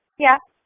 yes.